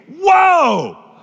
Whoa